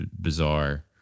bizarre